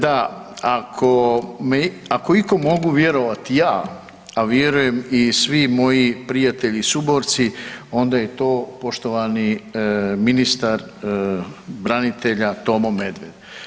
Da, ako ikom mogu vjerovati ja a vjerujem i svi moji prijatelji suborci onda je to poštovani ministar branitelja Tomo Medved.